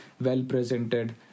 well-presented